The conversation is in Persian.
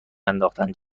انداختن